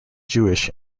jewish